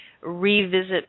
revisit